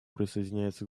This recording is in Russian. присоединяется